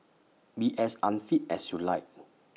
be as unfit as you like